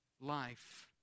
life